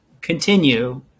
continue